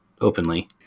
openly